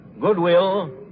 goodwill